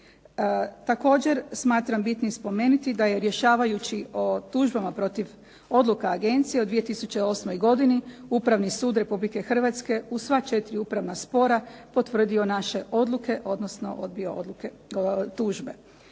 Također smatram bitnim spomenuti da je rješavajući o tužbama protiv odluka agencije u 2008. godini Upravni sud RH u sva 4 upravna spora potvrdio naše odluke, odnosno odbio odluke